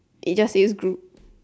it just says group